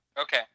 Okay